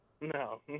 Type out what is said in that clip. No